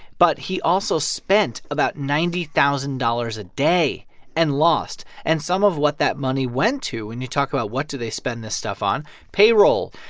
but he also spent about ninety thousand dollars a day and lost. and some of what that money went to and you talk about what do they spend this stuff on payroll.